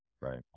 Right